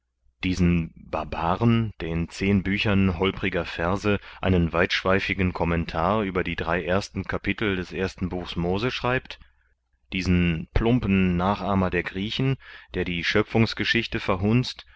diesen barbaren der in zehn büchern holpriger verse einen weitschweifigen commentar über die drei ersten kapitel des ersten buchs mose schreibt diesen plumpen nachahmer der griechen der die schöpfungsgeschichte verhunzt